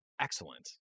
excellent